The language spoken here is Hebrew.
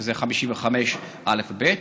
שזה 55 (א) ו-(ב).